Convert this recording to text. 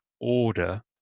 order